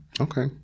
Okay